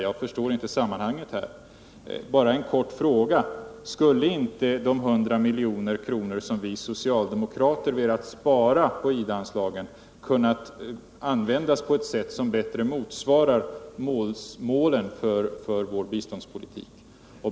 Jag förstår inte riktigt konsekvensen härvidlag. Bara en kort fråga: Skulle inte de 100 milj.kr. som vi socialdemokrater vill spara på IDA anslagen kunna användas på ett sätt som bättre motsvarar målen för vår biståndspolitik?